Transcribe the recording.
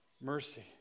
mercy